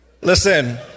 Listen